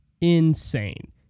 Insane